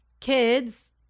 kids